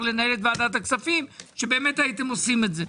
לנהל את ועדת הכספים שבאמת הייתם עושים את זה.